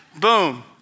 Boom